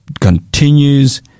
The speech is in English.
continues